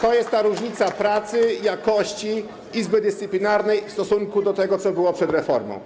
To jest ta różnica pracy, jakości Izby Dyscyplinarnej w stosunku do tego, co było przed reformą.